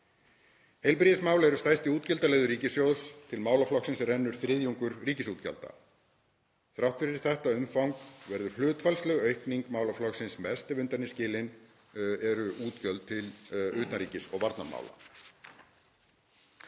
Heilbrigðismál eru stærsti útgjaldaliður ríkissjóðs, til málaflokksins rennur þriðjungur ríkisútgjalda. Þrátt fyrir þetta umfang verður hlutfallsleg aukning til málaflokksins mest, ef undan eru skilin útgjöld til utanríkis- og varnarmála.